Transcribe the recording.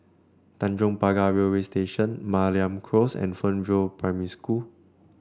Tanjong Pagar Railway Station Mariam Close and Fernvale Primary School